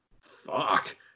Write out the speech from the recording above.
fuck